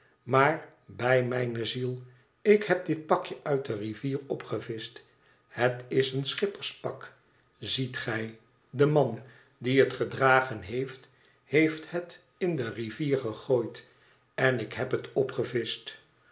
maar bij mijne ziel ik heb dit pakje uit de rivier opgevischt het is een schipperspak ziet gij de man die het gedragen heeft heeft het in de rivier gegooid en ik heb het